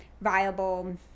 viable